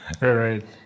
Right